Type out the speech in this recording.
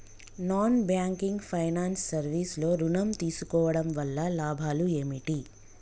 Non banking finance service లో ఋణం తీసుకోవడం వల్ల లాభాలు ఏమిటి?